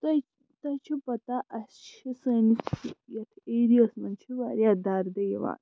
تۄہہِ تۄہہِ چھُو پتہٕ اَسہِ چھِ سٲنِس یَتھ ایریاہَس منٛز چھِ وارِیاہ درد یِوان